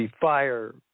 fire